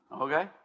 Okay